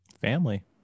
Family